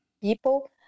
people